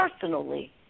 personally